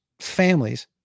families